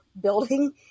building